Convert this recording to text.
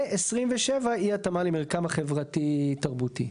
ו-27 אי התאמה למרקם החברתי תרבותי.